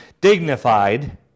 Dignified